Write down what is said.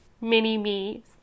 mini-me